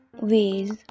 ways